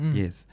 yes